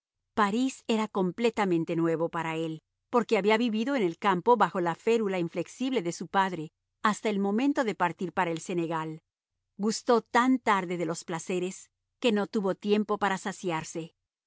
parís era completamente nuevo para él porque había vivido en el campo bajo la férula inflexible de su padre hasta el momento de partir para el senegal gustó tan tarde de los placeres que no tuvo tiempo para saciarse